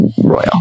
Royal